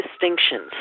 distinctions